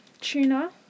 Tuna